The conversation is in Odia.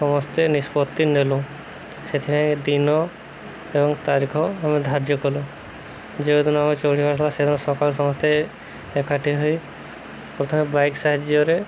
ସମସ୍ତେ ନିଷ୍ପତ୍ତି ନେଲୁ ସେଥିପାଇଁ ଦିନ ଏବଂ ତାରିଖ ଆମେ ଧାର୍ଯ୍ୟ କଲୁ ଯେଉଁଦିନ ଆମେ ଚଢ଼ିବାର ଥିଲା ସେଦିନ ସକାଳ ସମସ୍ତେ ଏକାଠି ହୋଇ ପ୍ରଥମେ ବାଇକ୍ ସାହାଯ୍ୟରେ